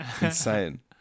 Insane